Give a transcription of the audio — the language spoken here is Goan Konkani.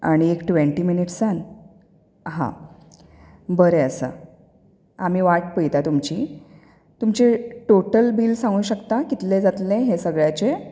आनी एक ट्वण्टी मिनट्सान हा बरें आसा आमी वाट पळयता तुमची तुमचें टोटल बील सांगूंक शकता कितलें जातलें हे सगळ्याचें